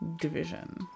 division